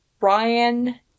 Ryan